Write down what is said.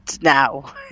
now